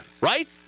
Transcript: right